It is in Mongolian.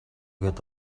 гээд